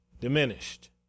diminished